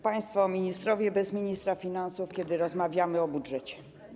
Państwo ministrowie bez ministra finansów, kiedy rozmawiamy o budżecie!